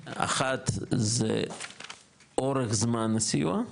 אחת זה אורך זמן הסיוע,